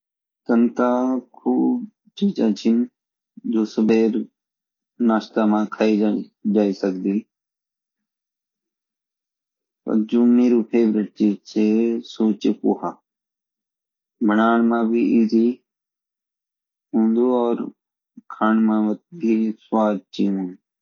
तन ता खूब चीज़े चीन जोसुबेर नाश्ता मा खाई जा सकदी पर जो मेरु फेवरेट चीज़ छ सु ची पोहा बाण मई भी ीसीचि और खान मई भी स्वाद ची